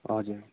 हजुर